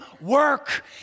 work